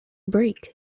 break